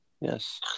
Yes